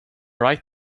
right